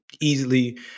easily